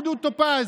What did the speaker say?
דיינים.